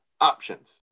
options